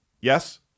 yes